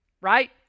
Right